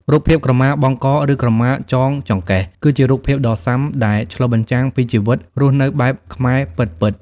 រូបភាពក្រមាបង់ក ឬក្រមាចងចង្កេះ គឺជារូបភាពដ៏ស៊ាំដែលឆ្លុះបញ្ចាំងពីជីវិតរស់នៅបែបខ្មែរពិតៗ។